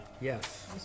yes